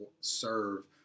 serve